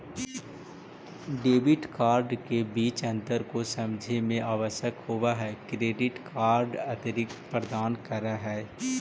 Debit card के बीच अंतर को समझे मे आवश्यक होव है क्रेडिट कार्ड अतिरिक्त प्रदान कर है?